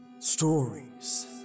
Stories